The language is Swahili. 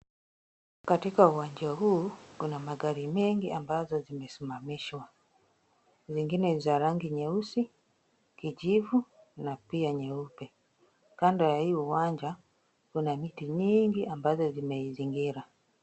Katika uwanja huu kuna gari mengi ambazo zimamishwa. Mengine za rangi nyeusi, kijivu na pia nyeupe. Kando ya hii uwanja kuna miti mingi ambazo zimeizingira.